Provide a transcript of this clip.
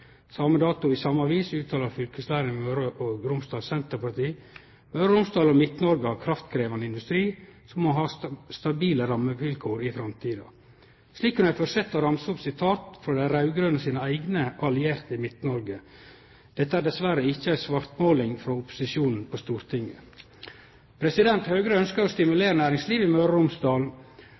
Same dato i same avis uttalar fylkesleiaren i Møre og Romsdal Senterparti: «Møre og Romsdal og Midt-Norge har kraftkrevende industri som må ha stabile rammevilkår inn i framtida.» Slik kunne eg fortsetje å ramse opp sitat frå dei raud-grøne sine eigne allierte i Midt-Noreg. Dette er dessverre ikkje svartmåling frå opposisjonen på Stortinget. Høgre ønskjer å stimulere næringslivet i